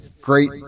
great